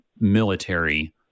military